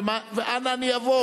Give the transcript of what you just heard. ואנה אני אבוא?